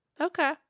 Okay